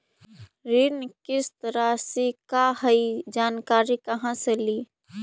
ऋण किस्त रासि का हई जानकारी कहाँ से ली?